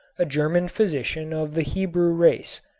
a german physician of the hebrew race.